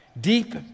Deep